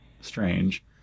strange